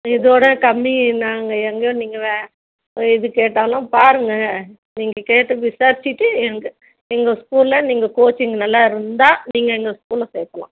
இதோடு கம்மி நாங்கள் எங்கள் நீங்கள் வே எது கேட்டாலும் பாருங்க நீங்கள் கேட்டு விசாரிச்சிட்டு எங்கள் எங்கள் ஸ்கூலில் நீங்கள் கோச்சிங் நல்லா இருந்தால் நீங்கள் எங்கே ஸ்கூலில் சேர்க்கலாம்